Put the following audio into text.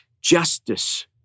justice